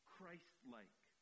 Christ-like